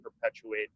perpetuate